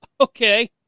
Okay